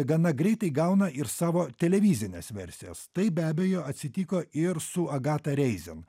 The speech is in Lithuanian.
gana greitai gauna ir savo televizines versijas tai be abejo atsitiko ir su agata reizen